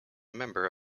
member